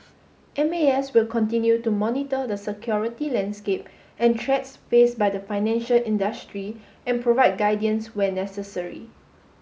M A S will continue to monitor the security landscape and threats faced by the financial industry and provide guidance where necessary